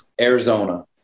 Arizona